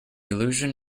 allusion